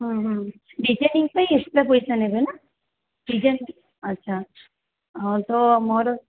ହଁ ହଁ ଡିଜାଇନିଙ୍ଗ୍ ପାଇଁ ଏକ୍ଟ୍ରା ପଇସା ନେବେ ନା ଡିଜାଇନିଙ୍ଗ୍ ଆଚ୍ଛା ହଁ ତ ମୋର